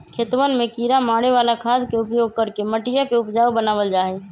खेतवन में किड़ा मारे वाला खाद के उपयोग करके मटिया के उपजाऊ बनावल जाहई